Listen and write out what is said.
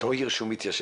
באותה עיר שהוא מתיישב,